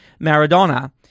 Maradona